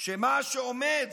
שמה שעומד